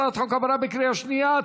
הצעת החוק עברה בקריאה שנייה.